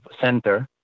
center